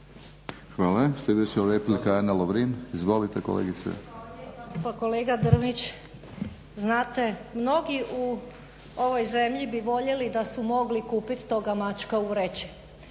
Hvala. Sljedeća replika Ana Lovrin. Izvolite kolegice.